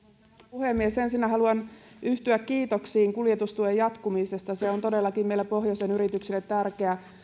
puhemies ensinnä haluan yhtyä kiitoksiin kuljetustuen jatkumisesta se on todellakin meillä pohjoisen yrityksille tärkeä